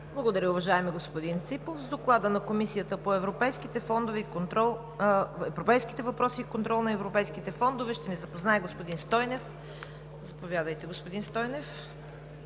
Благодаря, уважаеми господин Ципов. С Доклада на Комисията по европейските въпроси и контрол на европейските фондове ще ни запознае господин Стойнев. Заповядайте, господин Стойнев.